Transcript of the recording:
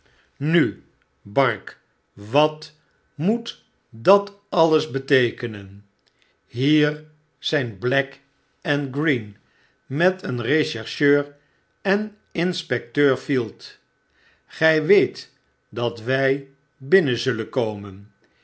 nu bark wat moet dat alles beteekenen hier zijn black en green met een rechercheur en inspecteur field gy weet dat wy binnen zullen komen